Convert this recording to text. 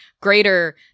greater